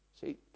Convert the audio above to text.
See